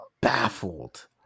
baffled